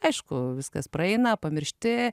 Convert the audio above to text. aišku viskas praeina pamiršti